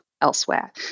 elsewhere